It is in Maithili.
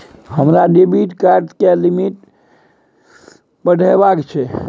हमरा डेबिट कार्ड के लिमिट बढावा के छै